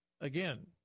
Again